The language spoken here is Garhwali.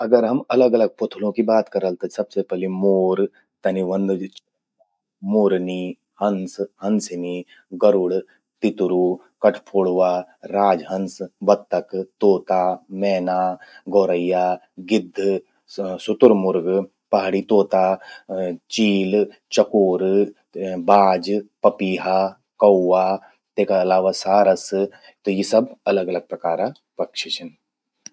अगर हम अलग अलग प्वोथलूं कि बात करला। त मोर, तनि व्हंद, मोरनी, हंस, हंसिनी, गरुड़, तितरू, कठफोड़वा, राजहंस, बत्तख, तोता, मैना, गौरेया, गिद्ध, शुतुरमुर्ग, पहाड़ी तोता, चील, चकोर, बाज, पपीहा, कौवा, तेका अलावा सारस। त यी सब अलग अलग प्रकारा पक्षी छिन।